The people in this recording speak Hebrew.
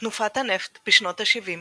תנופת הנפט בשנות השבעים